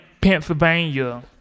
Pennsylvania